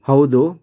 ಹೌದು